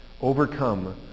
overcome